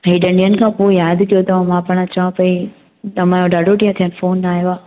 हेडनि ॾींहनि को पोइ यादि कयो अथव मां पाण चवां पई त अमा ॾाढो ॾींहं थिआ आहिनि फोन न आयो आहे